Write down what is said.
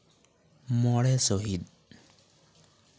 ᱢᱚᱬᱮ ᱥᱚᱦᱤᱛ